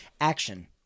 Action